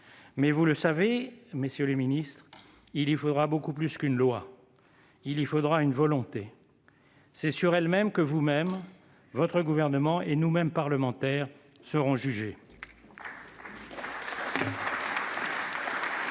pas vous suivre. Mais, vous le savez, il y faudra beaucoup plus qu'une loi. Il y faudra une volonté. C'est sur elle que vous-mêmes, votre gouvernement et nous-mêmes parlementaires serons jugés.